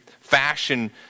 fashion